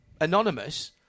anonymous